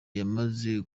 yamaze